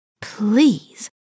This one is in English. Please